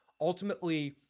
ultimately